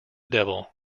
devil